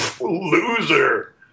loser